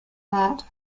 that